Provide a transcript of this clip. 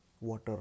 water